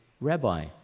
Rabbi